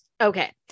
Okay